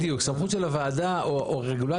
בדיוק, סמכות של הוועדה או רגולטור.